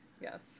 Yes